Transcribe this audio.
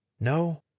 No